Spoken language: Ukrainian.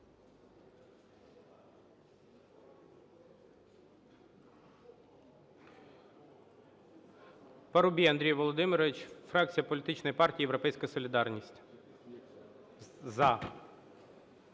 Парубій Андрій Володимирович, фракція політичної партії "Європейська солідарність". "За".